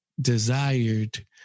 desired